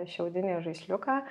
šiaudinį žaisliuką